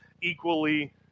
equally